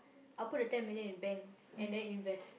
I'll put the ten million in bank and then invest